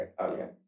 Okay